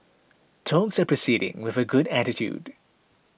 talks are proceeding with a good attitude